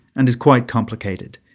and is quite complicated,